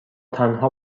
تنها